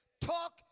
Talk